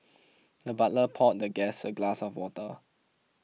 the butler poured the guest a glass of water